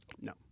No